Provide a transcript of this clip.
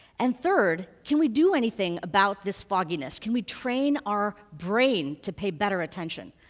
and third, can we do anything about this fogginess? can we train our brain to pay better attention,